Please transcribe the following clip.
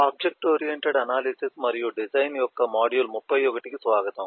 object oriented analysis మరియు design యొక్క module 31 కు స్వాగతం